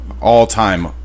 all-time